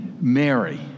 Mary